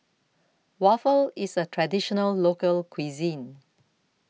Waffle IS A Traditional Local Cuisine